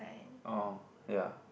orh ya